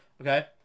Okay